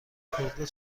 فرودگاه